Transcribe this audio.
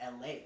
LA